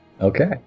Okay